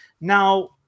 Now